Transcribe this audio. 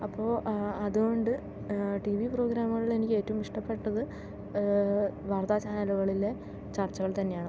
അപ്പോൾ അതുകൊണ്ട് TV പ്രോഗ്രാമുകളിൽ എനിക്ക് ഏറ്റവും ഇഷ്ടപ്പെട്ടത് വാർത്താ ചാനലുകളിലെ ചർച്ചകൾ തന്നെയാണ്